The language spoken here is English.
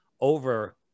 over